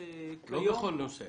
לא בכל נושא.